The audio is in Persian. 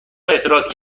اعتراض